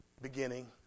beginning